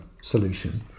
solution